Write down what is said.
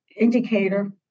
indicator